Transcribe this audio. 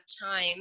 time